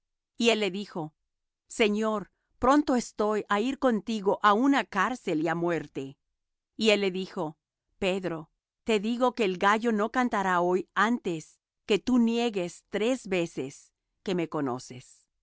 y él le dijo señor pronto estoy á ir contigo aun á cárcel y á muerte y él dijo pedro te digo que el gallo no cantará hoy antes que tú niegues tres veces que me conoces